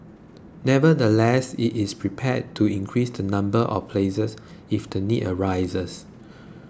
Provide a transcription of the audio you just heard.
nevertheless it is prepared to increase the number of places if the need arises